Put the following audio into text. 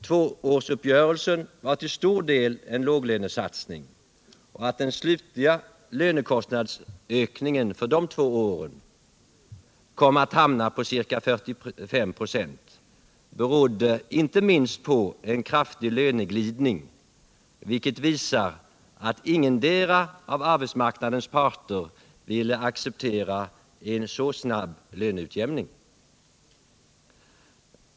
Tvåårsuppgörelsen var till stor del en låglönesatsning. Att den slutliga lönekostnadsökningen för de två åren kom att hamna på ca 45 26 berodde inte minst på en kraftig löneglidning, vilket visar att ingendera av arbetsmarknadens parter ville acceptera en så snabb löneutjämning.